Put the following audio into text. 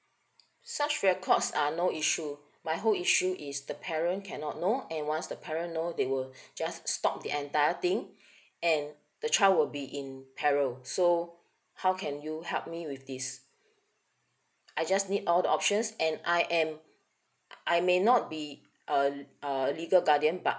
such records are no issue my whole issue is the parent cannot know and once the parent know they will just stop the entire thing and the child will be in peril so how can you help me with this I just need all the options and I am I may not be uh uh legal guardian but